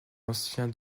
ancien